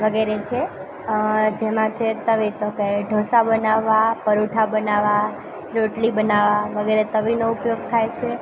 વગેરે છે જેમાં છે તવી તોકે ઢોંસા બનાવવા પરોઠા બનાવવા રોટલી બનાવવા વગેરે તવીનો ઉપયોગ થાય છે